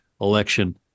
election